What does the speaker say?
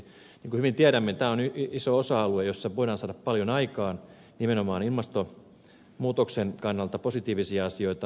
niin kuin hyvin tiedämme tämä on iso osa alue jolla voidaan saada paljon aikaan nimenomaan ilmastonmuutoksen kannalta positiivisia asioita